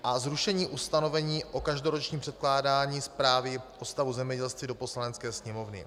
A zrušení ustanovení o každoročním předkládání zprávy o stavu zemědělství do Poslanecké sněmovny.